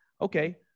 Okay